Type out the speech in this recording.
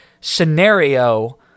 scenario